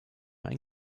ein